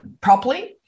properly